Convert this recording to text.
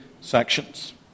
sections